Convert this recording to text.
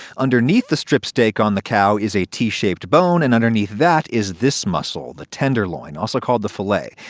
underneath the strip steak on the cow is a t-shaped bone and underneath that is this muscle the tenderloin, also called the fillet.